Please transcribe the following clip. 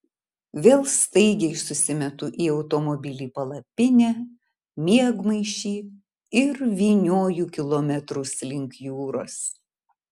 vėl staigiai susimetu į automobilį palapinę miegmaišį ir vynioju kilometrus link jūros